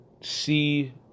see